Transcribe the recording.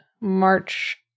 March